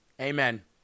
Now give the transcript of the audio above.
amen